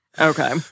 Okay